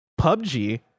PUBG